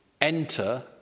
enter